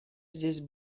здесь